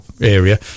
area